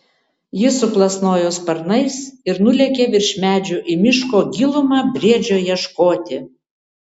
jis suplasnojo sparnais ir nulėkė virš medžių į miško gilumą briedžio ieškoti